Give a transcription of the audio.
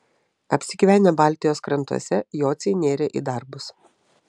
apsigyvenę baltijos krantuose jociai nėrė į darbus